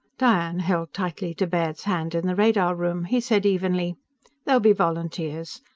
diane held tightly to baird's hand, in the radar room. he said evenly there'll be volunteers.